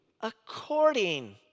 according